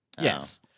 Yes